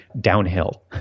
downhill